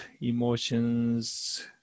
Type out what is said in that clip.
emotions